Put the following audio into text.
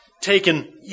taken